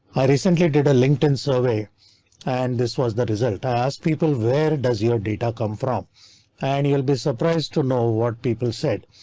i recently did a linkedin survey and this was the result. i ask people where does your data come from and you'll be surprised to know what people said.